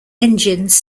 engines